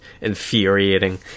infuriating